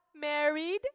married